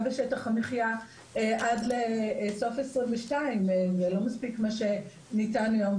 בשטח המחיה עד לסוף 2022. זה לא מספיק מה שניתן היום.